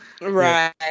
Right